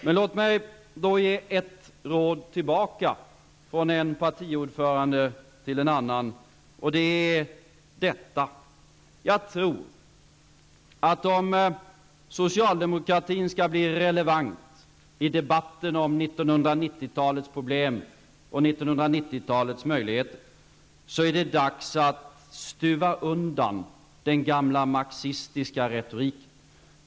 Men låt mig då ge ett råd tillbaka, från en partiordförande till en annan, och det är detta: Jag tror att om socialdemokratin skall bli relevant i debatten om 90-talets problem och 90-talets möjligheter är det dags att stuva undan den gamla marxistiska retoriken.